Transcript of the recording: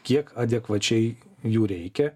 kiek adekvačiai jų reikia